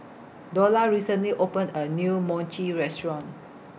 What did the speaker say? Dola recently opened A New Mochi Restaurant